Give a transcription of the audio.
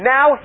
Now